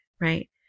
right